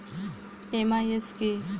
MIS কি?